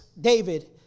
David